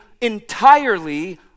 entirely